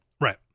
Right